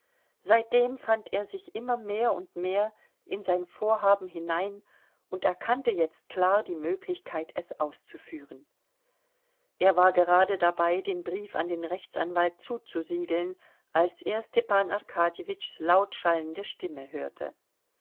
seitdem fand er sich immer mehr und mehr in sein vorhaben hinein und erkannte jetzt klar die möglichkeit es auszuführen er war gerade dabei den brief an den rechtsanwalt zuzusiegeln als er stepan arkadjewitschs laut schallende stimme hörte